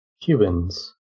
Cubans